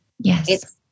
Yes